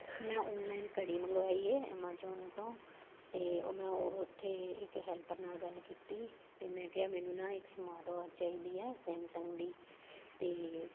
ਮੈਂ ਓਨਲਾਈਨ ਘੜੀ ਮੰਗਵਾਈ ਹੈ ਐਮਾਜੋਨ ਤੋਂ ਅਤੇ ਉਹ ਮੈਂ ਉੱਥੇ ਇੱਕ ਹੈਲਪਰ ਨਾਲ ਗੱਲ ਕੀਤੀ ਅਤੇ ਮੈਂ ਕਿਹਾ ਮੈਨੂੰ ਨਾ ਇੱਕ ਸਮਾਰਟਵਾਚ ਚਾਹੀਦੀ ਹੈ ਸੈਮਸੰਗ ਦੀ ਅਤੇ